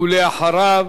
ואחריו,